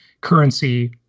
currency